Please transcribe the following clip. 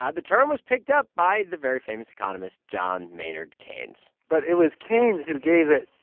ah the term was picked up by the very famous economist john maynard keynes but it was keynes who gave it